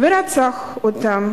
ורצח אותם